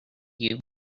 you